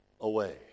away